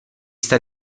sta